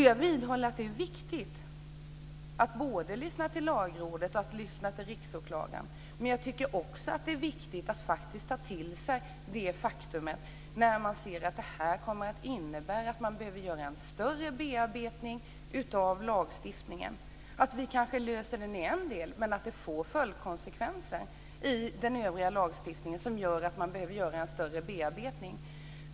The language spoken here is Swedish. Jag vidhåller att det är viktigt att både lyssna till Lagrådet och till Riksåklagaren, men jag tycker också att det är viktigt att faktiskt ta till sig insikten när man ser att det innebär att man kommer att behöva göra en större bearbetning av lagstiftningen. Vi kanske löser en del av problemen, men det får följdkonsekvenser i den övriga lagstiftningen som gör att man behöver göra en större bearbetning.